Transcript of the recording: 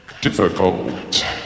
difficult